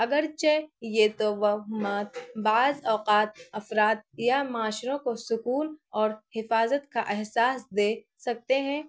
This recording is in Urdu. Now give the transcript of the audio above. اگر چہ یہ توہمات بعض اوقات افراد یا معاشروں کو سکون اور حفاظت کا احساس دے سکتے ہیں